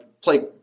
play